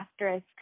asterisk